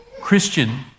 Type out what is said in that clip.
Christian